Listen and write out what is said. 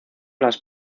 las